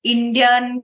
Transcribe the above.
Indian